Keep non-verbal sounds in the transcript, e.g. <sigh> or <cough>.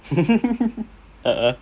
<laughs>